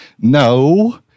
No